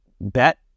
bet